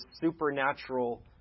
supernatural